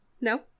No